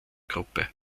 gruppe